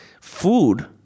food